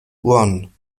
ron